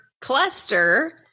cluster